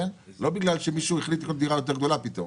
לא בגלל שמישהו החליט לקנות דירה יותר גדולה פתאום